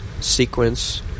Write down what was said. sequence